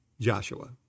Joshua